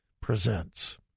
presents